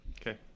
Okay